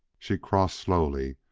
she crossed slowly,